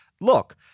look